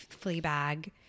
Fleabag